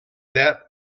that